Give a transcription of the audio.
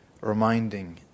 reminding